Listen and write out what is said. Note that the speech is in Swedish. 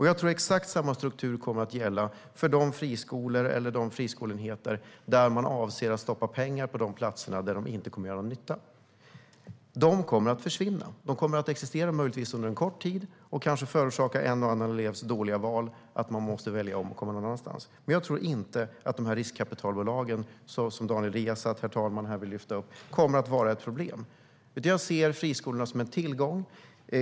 Jag tror att exakt samma struktur kommer att gälla för de friskolor eller friskoleenheter där man avser att stoppa pengar på platser där de inte kommer att göra någon nytta. De kommer att försvinna. De kommer möjligtvis att existera under en kort tid och kanske förorsaka en och annan elevs dåliga val så att man måste välja om och komma någon annanstans, men jag tror inte att riskkapitalbolagen kommer att vara ett problem så som Daniel Riazat här vill lyfta upp det, herr talman. Jag ser i stället friskolorna som en tillgång.